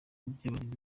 byabagizeho